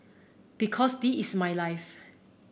because this is my life